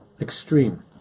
extreme